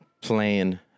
Playing